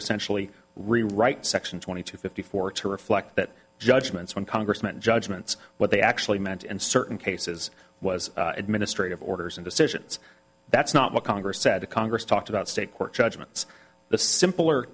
essentially rewrite section twenty two fifty four to reflect that judgments when congressman judgments what they actually meant and certain cases was administrative orders and decisions that's not what congress said to congress talked about state court judgments the simpler